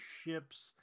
ships